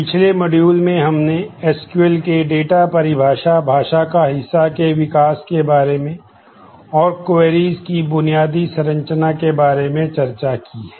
पिछले मॉड्यूल की बुनियादी संरचना के बारे में चर्चा की है